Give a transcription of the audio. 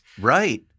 Right